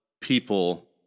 people